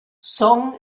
song